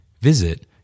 Visit